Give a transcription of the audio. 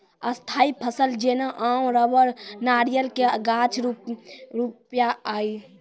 स्थायी फसल जेना आम रबड़ नारियल के गाछ रुइया आरु